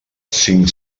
cinc